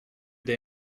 they